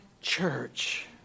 church